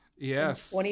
Yes